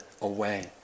away